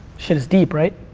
shit is deep, right?